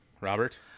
Robert